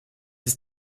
ist